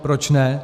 Proč ne?